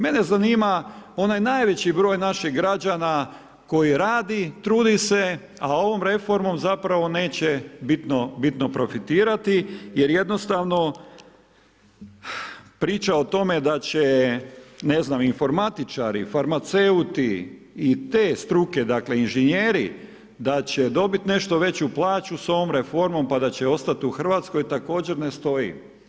Mene zanima onaj najveći broj naših građana koji radi, trudi se, a ovom reformom zapravo neće bitno profitirati jer jednostavno priča o tome da će, ne znam, informatičari, farmaceuti i te struke, dakle, inženjeri, da će dobiti nešto veću plaću s ovom reformom, pa da će ostati u RH, također ne stoji.